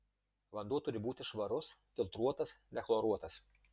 vanduo turi būti švarus filtruotas nechloruotas